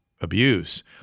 abuse